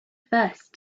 first